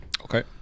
Okay